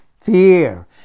fear